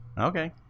Okay